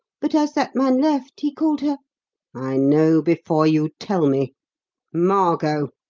but as that man left he called her i know before you tell me margot!